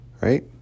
right